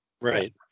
right